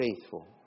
faithful